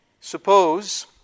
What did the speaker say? Suppose